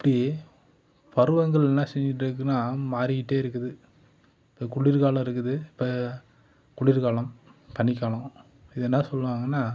இப்படி பருவங்கள் என்ன செஞ்சிட்டுருக்குன்னா மாறிக்கிட்டு இருக்குது இப்போ குளிர் காலம் இருக்குது இப்போ குளிர் காலம் பனி காலம் இது என்ன சொல்லுவாங்கன்னா